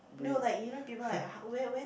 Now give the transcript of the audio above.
breathe